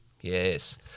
yes